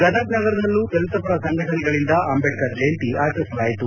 ಗದಗ ನಗರದಲ್ಲೂ ದಲಿತ ಪರ ಸಂಘಟನೆಗಳಿಂದ ಅಂಬೇಡ್ಕರ್ ಜಯಂತಿ ಆಚರಿಸಲಾಯಿತು